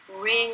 bring